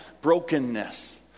brokenness